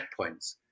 checkpoints